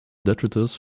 detritus